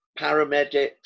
paramedics